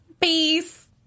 Peace